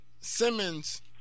Simmons